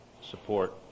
support